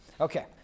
Okay